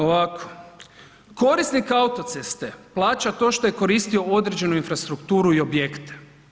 Ovako, korisnik autoceste plaća to što je koristio određenu infrastrukturu i objekte.